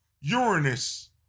Uranus